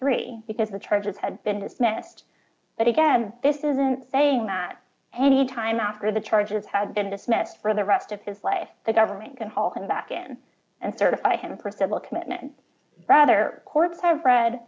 three because the charges had been dismissed but again this isn't saying that any time after the charges had been dismissed for the rest of his life the government can haul him back in and certify him percival commitment rather courts have re